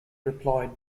replied